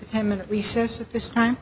a ten minute recess at this time